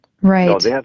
Right